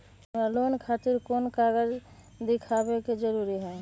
हमरा लोन खतिर कोन कागज दिखावे के जरूरी हई?